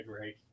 right